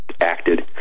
acted